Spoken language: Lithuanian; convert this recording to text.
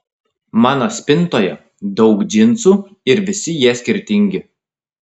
mano spintoje daug džinsų ir visi jie skirtingi